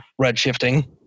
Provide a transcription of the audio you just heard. redshifting